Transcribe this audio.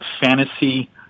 fantasy